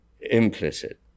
implicit